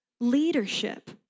leadership